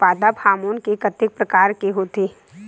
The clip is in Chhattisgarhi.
पादप हामोन के कतेक प्रकार के होथे?